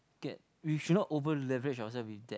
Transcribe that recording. get we should not over leverage ourselves with that